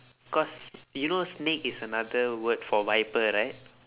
cause you know snake is another word for viper right